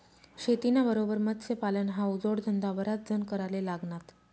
शेतीना बरोबर मत्स्यपालन हावू जोडधंदा बराच जण कराले लागनात